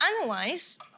analyze